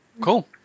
Cool